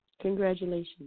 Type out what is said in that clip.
Congratulations